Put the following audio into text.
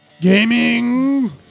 Gaming